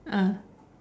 ah